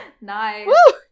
nice